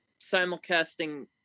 simulcasting